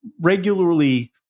regularly